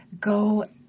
go